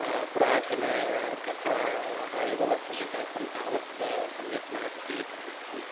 पुरातनकथाः एव वर्तन्ते तदर्थं तावत् सम्यक् नास्ति एतदिति वक्तुम् इच्छामि